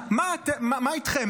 מה איתכם,